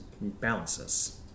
balances